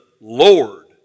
Lord